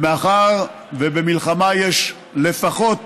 מאחר שבמלחמה יש לפחות